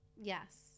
yes